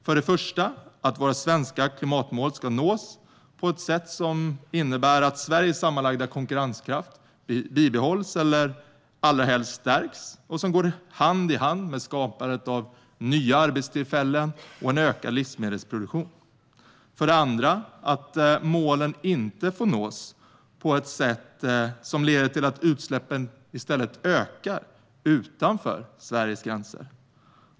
För det första ska våra svenska klimatmål nås på ett sätt som innebär att Sveriges sammanlagda konkurrenskraft bibehålls eller allra helst stärks och som går hand i hand med skapandet av nya arbetstillfällen och ökad livsmedelsproduktion. För det andra får målen inte nås på ett sätt som leder till att utsläppen i stället ökar utanför Sveriges gränser.